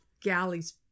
galley's